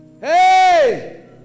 Hey